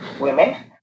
women